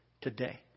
today